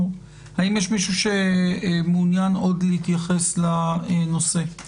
שמעוניין עוד להתייחס לנושא?